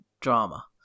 drama